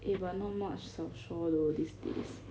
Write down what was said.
eh but not much 小说 though these days